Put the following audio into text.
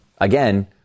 again